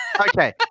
Okay